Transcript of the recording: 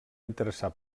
interessar